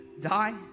die